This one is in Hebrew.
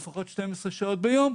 לפחות 12 שעות ביום,